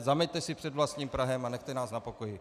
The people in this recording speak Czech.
Zameťte si před vlastním prahem a nechte nás na pokoji.